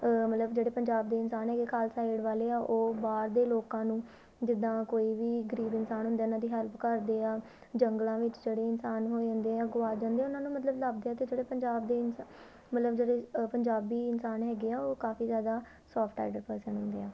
ਮਤਲਬ ਜਿਹੜੇ ਪੰਜਾਬ ਦੇ ਇਨਸਾਨ ਹੈਗੇ ਖਾਲਸਾ ਏਡ ਵਾਲੇ ਆ ਉਹ ਬਾਹਰ ਦੇ ਲੋਕਾਂ ਨੂੰ ਜਿੱਦਾਂ ਕੋਈ ਵੀ ਗਰੀਬ ਇਨਸਾਨ ਹੁੰਦੇ ਉਹਨਾਂ ਦੀ ਹੈਲਪ ਕਰਦੇ ਆ ਜੰਗਲਾਂ ਵਿੱਚ ਜਿਹੜੇ ਇਨਸਾਨ ਖੋਏ ਹੁੰਦੇ ਆ ਉਹ ਗੁਆਚ ਜਾਂਦੇ ਉਹਨਾਂ ਨੂੰ ਮਤਲਬ ਲੱਭਦੇ ਆ ਅਤੇ ਜਿਹੜੇ ਪੰਜਾਬ ਦੇ ਮਤਲਬ ਜਿਹੜੇ ਪੰਜਾਬੀ ਇਨਸਾਨ ਹੈਗੇ ਆ ਉਹ ਕਾਫ਼ੀ ਜ਼ਿਆਦਾ ਸੋਫਟ ਹਾਰਟਿਡ ਪਰਸਨ ਹੁੰਦੇ ਆ